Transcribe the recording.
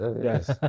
yes